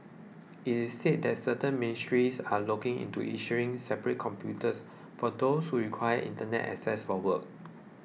it is said that certain ministries are looking into issuing separate computers for those who require Internet access for work